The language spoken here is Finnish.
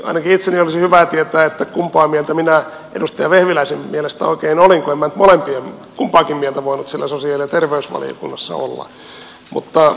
ainakin itseni olisi hyvä tietää kumpaa mieltä minä edustaja vehviläisen mielestä oikein olin kun en minä nyt kumpaakin mieltä voinut siellä sosiaali ja terveysvaliokunnassa olla